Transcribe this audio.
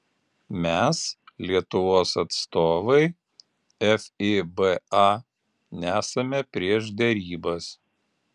mes lietuvos atstovai fiba nesame prieš derybas